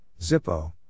Zippo